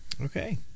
Okay